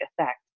effect